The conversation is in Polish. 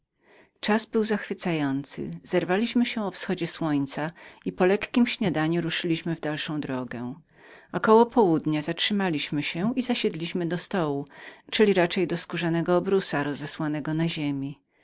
czas był zachwycający zerwaliśmy się o wschodzie słońca i po lekkiem śniadaniu ruszyliśmy w dalszą drogę około południa zatrzymaliśmy się i zasiedli do stołu czyli raczej do skórzanego obrusa rozesłanego na ziemi